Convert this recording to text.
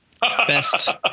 Best